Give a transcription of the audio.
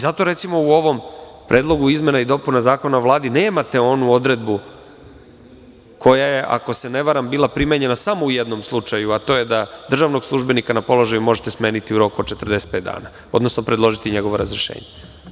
Zato, recimo, u ovom Predlogu izmena i dopuna Zakona o Vladi nemate onu odredbu koja je, ako se ne varam, bila primenjena samo u jednom slučaju, a to je da državnog službenika na položaju možete smeniti u roku od 45 dana, odnosno predložiti njegovo razrešenje.